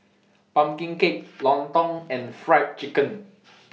Pumpkin Cake Lontong and Fried Chicken